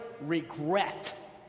regret